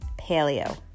Paleo